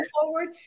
forward